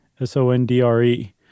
S-O-N-D-R-E